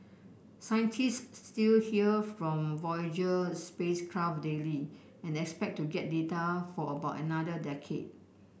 scientist still hear from Voyager spacecraft daily and expect to get data for about another decade